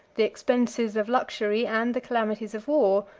the expenses of luxury, and the calamities of war.